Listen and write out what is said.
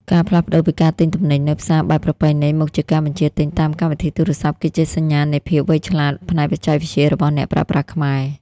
ការផ្លាស់ប្តូរពីការទិញទំនិញនៅផ្សារបែបប្រពៃណី មកជាការបញ្ជាទិញតាមកម្មវិធីទូរស័ព្ទ គឺជាសញ្ញាណនៃភាពវៃឆ្លាតផ្នែកបច្ចេកវិទ្យារបស់អ្នកប្រើប្រាស់ខ្មែរ។